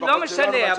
לא משנה,